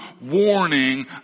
warning